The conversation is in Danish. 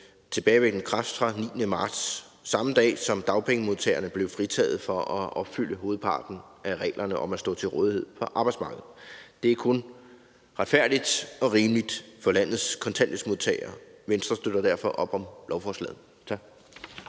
tilbagevirkende kraft fra den 9. marts – samme dag, som dagpengemodtagerne blev fritaget fra at opfylde hovedparten af reglerne om at stå til rådighed for arbejdsmarkedet. Det er kun retfærdigt og rimeligt for landets kontanthjælpsmodtagere. Venstre støtter derfor op om lovforslaget. Tak.